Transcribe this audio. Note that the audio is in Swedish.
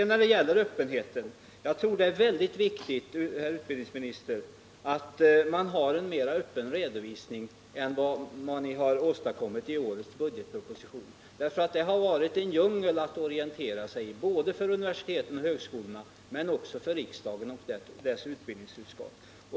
När det gäller öppenheten tror jag det är väldigt viktigt, herr utbildningsminister, att man har en mera öppen redovisning än vad ni åstadkommit i årets budgetproposition. Det har varit en djungel att orientera sig i för universiteten och högskolorna men också för riksdagen och dess utbildningsutskott.